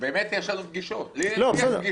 כי יש לנו פגישות הערב.